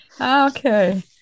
okay